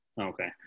Okay